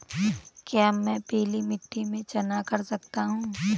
क्या मैं पीली मिट्टी में चना कर सकता हूँ?